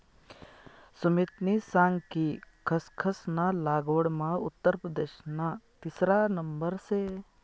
सुमितनी सांग कि खसखस ना लागवडमा उत्तर प्रदेशना तिसरा नंबर शे